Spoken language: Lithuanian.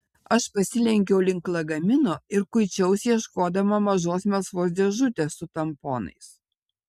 aš pasilenkiau link lagamino ir kuičiausi ieškodama mažos melsvos dėžutės su tamponais